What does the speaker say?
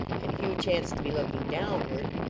and hugh chanced to be looking downward,